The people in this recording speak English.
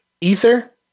Ether